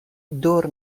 دور